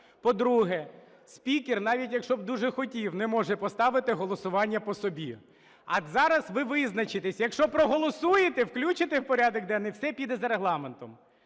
По-друге, спікер, навіть якщо б дуже хотів, не може поставити голосування по собі. А зараз ви визначитесь, якщо проголосуєте, включите в порядок денний, все піде за Регламентом.